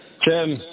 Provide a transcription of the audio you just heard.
Tim